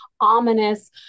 ominous